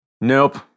Nope